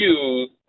use